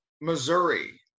Missouri